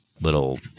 little